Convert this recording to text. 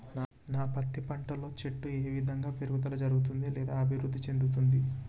నా పత్తి పంట లో చెట్టు ఏ విధంగా పెరుగుదల జరుగుతుంది లేదా అభివృద్ధి చెందుతుంది?